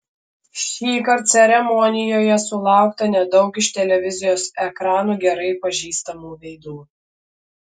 šįkart ceremonijoje sulaukta nedaug iš televizijos ekranų gerai pažįstamų veidų